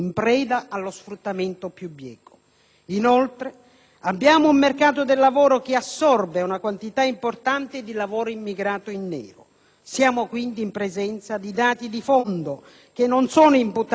inoltre, un mercato del lavoro che assorbe una quantità importante di lavoro immigrato in nero. Siamo, quindi, in presenza di dati di fondo che non sono imputabili alla volontà dell'immigrato,